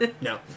No